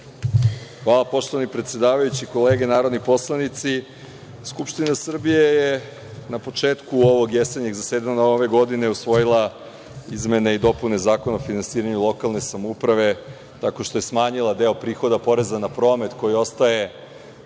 Hvala, poštovani predsedavajući. Kolege narodni poslanici, Skupština Srbije je na početku ovog jesenjeg zasedanja ove godine usvojila izmene i dopune Zakona o finansiranju lokalne samouprave tako što je smanjila deo prihoda poreza na promet koji ostaje